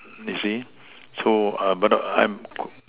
you see so but I'm